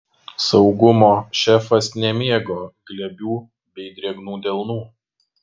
saugumo šefas nemėgo glebių bei drėgnų delnų